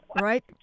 Right